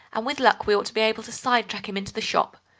and with luck we ought to be able to side-track him into the shop.